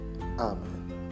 Amen